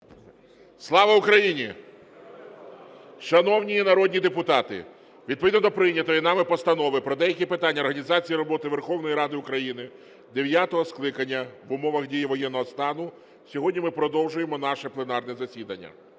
Слава Україні! Шановні народні депутати, відповідно до прийнятої нами Постанови "Про деякі питання організації роботи Верховної Ради України дев'ятого скликання в умовах дії воєнного стану" сьогодні ми продовжуємо наше пленарне засідання.